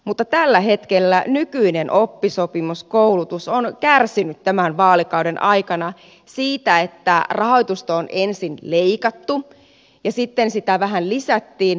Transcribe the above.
mutta tällä hetkellä nykyinen oppisopimuskoulutus on kärsinyt tämän vaalikauden aikana siitä että rahoitusta on ensin leikattu ja sitten sitä vähän lisättiin